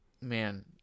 Man